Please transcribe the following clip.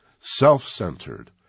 self-centered